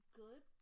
good